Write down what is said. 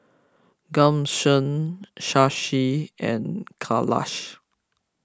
Ghanshyam Shashi and Kailash